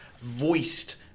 voiced